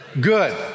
good